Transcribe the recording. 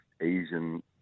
Asian